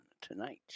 tonight